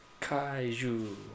Kaiju